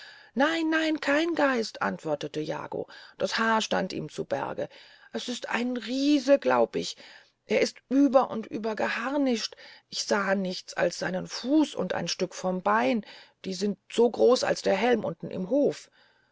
nein nein kein geist antwortete jago das haar stand ihm zu berge es ist ein riese glaub ich er ist über und über geharnischt ich sah nichts als seinen fuß und ein stück vom bein die sind so groß als der helm unten im hofe